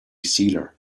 sealer